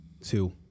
two